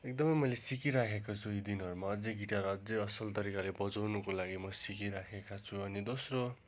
एकदमै मैले सिकिराखेको छु यी दिनहरूमा अझै गिटार अझै असल तरिकाले बजाउनुको लागि म सिकिराखेका छु अनि दोस्रो